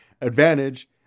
advantage